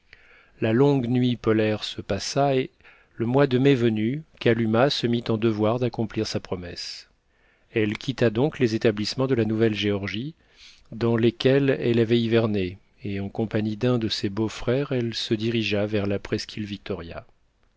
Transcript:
la longue nuit polaire se passa et le mois de mai venu kalumah se mit en devoir d'accomplir sa promesse elle quitta donc les établissements de la nouvelle georgie dans lesquels elle avait hiverné et en compagnie d'un de ses beaux-frères elle se dirigea vers la presqu'île victoria